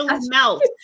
melt